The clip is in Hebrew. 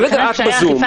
לגבי האכיפה,